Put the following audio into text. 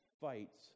fights